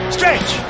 Stretch